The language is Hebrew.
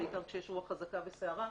בעיקר כשיש רוח חזקה וסערה,